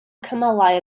cymylau